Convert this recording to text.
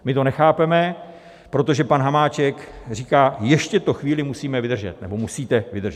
My to nechápeme, protože pan Hamáček říká: Ještě to chvíli musíme vydržet nebo musíte vydržet.